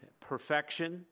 perfection